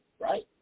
right